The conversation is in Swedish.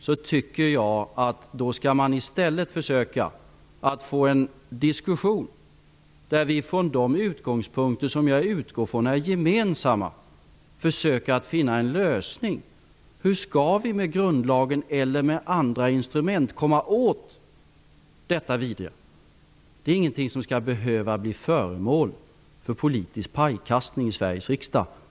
Jag tycker att vi då i stället skall försöka att få en diskussion där vi från de utgångspunkter som jag utgår ifrån är gemensamma försöker att finna en lösning. Hur skall vi med grundlagen eller med andra instrument komma åt detta vidriga? Det är ingenting som skall behöva bli föremål för politisk pajkastning i Sveriges riksdag.